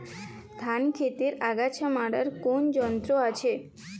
ধান ক্ষেতের আগাছা মারার কোন যন্ত্র আছে?